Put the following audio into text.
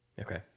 Okay